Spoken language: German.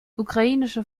ukrainische